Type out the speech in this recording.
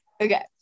okay